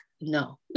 no